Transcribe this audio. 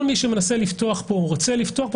כל מי שמנסה לפתוח כאן ורוצה לפתוח כאן,